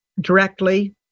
directly